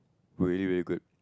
really really good